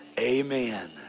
Amen